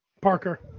Parker